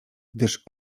gdyż